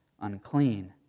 unclean